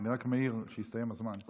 אני רק מעיר שהסתיים הזמן.